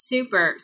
Super